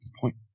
Point